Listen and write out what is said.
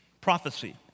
Prophecy